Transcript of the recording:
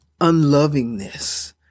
unlovingness